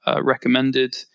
recommended